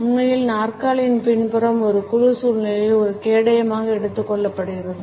உண்மையில் நாற்காலியின் பின்புறம் ஒரு குழு சூழ்நிலையில் ஒரு கேடயமாக எடுத்துக் கொள்ளப்பட்டுள்ளது